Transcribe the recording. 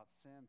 sin